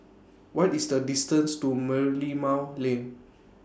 What IS The distance to Merlimau Lane